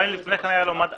גם אם לפני כן היה לו מד אחר,